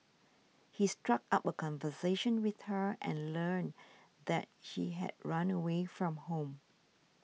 he struck up a conversation with her and learned that he had run away from home